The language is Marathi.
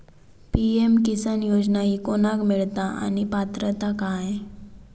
पी.एम किसान योजना ही कोणाक मिळता आणि पात्रता काय?